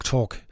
Talk